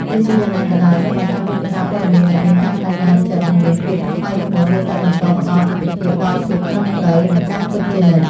ទោះជាយ៉ាងណាក៏ដោយ អ្នកបង្កើតមាតិកាព័ត៌មានដែលមានការប្តេជ្ញាចិត្ត និងមានភាពថ្លៃថ្នូរនៅតែបន្តផ្តល់អាទិភាពដល់ភាពត្រឹមត្រូវ និងការពិតជានិច្ច។